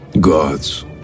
Gods